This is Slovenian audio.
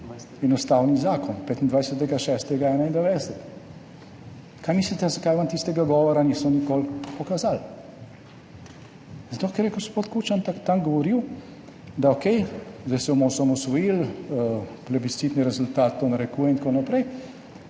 in Ustavni zakon, 25. 6. 1991. Kaj mislite, zakaj vam tistega govora niso nikoli pokazali? Zato, ker je gospod Kučan tam govoril, da okej, zdaj se bomo osamosvojili, plebiscitni rezultat to narekuje in tako naprej,